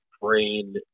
brain